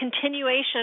continuation